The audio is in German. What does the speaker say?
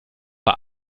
war